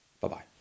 Bye-bye